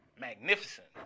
magnificent